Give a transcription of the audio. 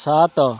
ସାତ